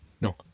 No